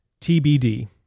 TBD